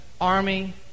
army